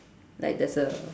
like there's a